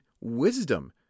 wisdom